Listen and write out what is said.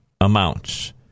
amounts